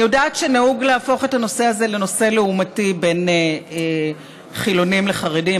אני יודעת שנהוג להפוך את הנושא הזה לנושא לעומתי בין חילונים לחרדים.